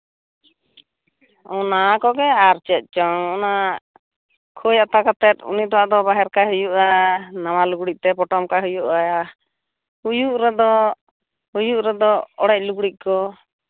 ᱚᱱᱟ ᱠᱚᱜᱮ ᱟᱨ ᱪᱮᱫ ᱪᱚᱝ ᱚᱱᱟ ᱠᱷᱳᱭ ᱟᱛᱟ ᱠᱟᱛᱮ ᱩᱱᱤ ᱫᱚ ᱟᱫᱚ ᱵᱟᱦᱮᱨ ᱠᱟᱭ ᱦᱩᱭᱩᱜᱼᱟ ᱱᱟᱣᱟ ᱞᱩᱜᱽᱲᱤ ᱛᱮ ᱯᱚᱴᱚᱢ ᱠᱟᱭ ᱦᱩᱭᱩᱜᱼᱟ ᱦᱩᱭᱩᱜ ᱨᱮᱫᱚ ᱦᱩᱭᱩᱜ ᱨᱮᱫᱚ ᱚᱲᱮᱡ ᱞᱩᱜᱽᱲᱤᱡ ᱠᱚ